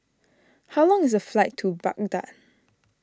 how long is the flight to Baghdad